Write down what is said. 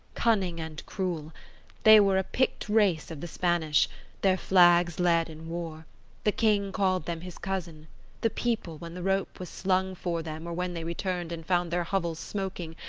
cunning, and cruel they were a picked race of the spanish their flags led in war the king called them his cousin the people, when the rope was slung for them or when they returned and found their hovels smoking,